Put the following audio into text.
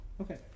okay